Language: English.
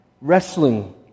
wrestling